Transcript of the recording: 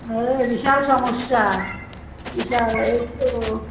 হ্যাঁ বিশাল সমস্যা বিশাল এই তো